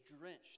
drenched